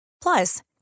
Plus